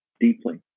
deeply